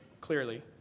clearly